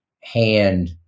hand